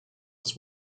was